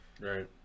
Right